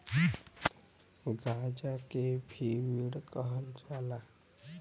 गांजा के भी वीड कहल जाला